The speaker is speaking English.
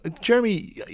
Jeremy